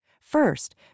first